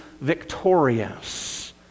victorious